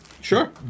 Sure